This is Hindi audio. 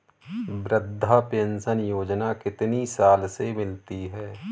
वृद्धा पेंशन योजना कितनी साल से मिलती है?